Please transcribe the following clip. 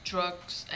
Drugs